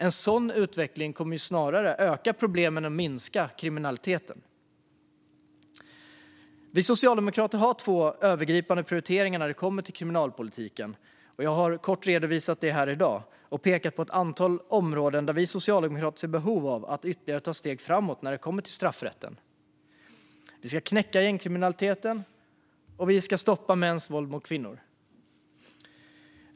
En sådan utveckling skulle snarare öka problemen än minska kriminaliteten. Vi socialdemokrater har två övergripande prioriteringar för kriminalpolitiken. Jag har i dag kort redovisat detta och pekat på ett antal områden där vi ser behov av att ta ytterligare steg inom straffrätten. Vi ska knäcka gängkriminaliteten och stoppa mäns våld mot kvinnor.